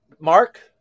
Mark